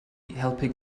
helpu